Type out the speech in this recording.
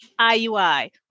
IUI